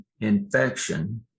infection